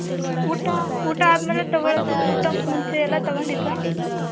ಊಟ ಊಟ ಆದ ಮೇಲೆ ತೊಗೊಳೋದು ಊಟಕ್ಕೆ ಮುಂಚೆ ಎಲ್ಲ ತೊಗೊಂಡಿದ್ರಾ